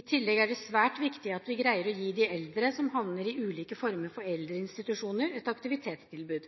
I tillegg er det svært viktig at vi greier å gi de eldre som havner i ulike former for eldreinstitusjoner, et aktivitetstilbud.